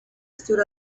stood